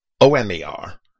O-M-E-R